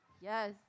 Yes